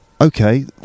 okay